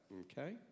Okay